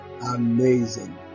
Amazing